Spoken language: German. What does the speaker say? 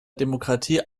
demokratie